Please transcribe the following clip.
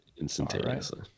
instantaneously